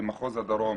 במחוז הדרום